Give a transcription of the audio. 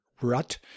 rut